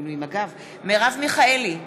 מרב מיכאלי,